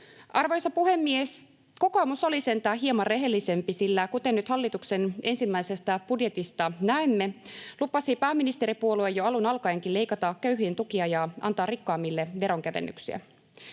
Arvoisa puhemies! Kokoomus oli sentään hieman rehellisempi, sillä kuten nyt hallituksen ensimmäisestä budjetista näemme, lupasi pääministeripuolue jo alun alkaenkin leikata köyhien tukia ja antaa rikkaimmille veronkevennyksiä.